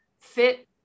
fit